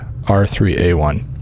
R3A1